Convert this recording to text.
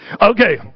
Okay